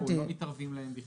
לא מתערבים להן.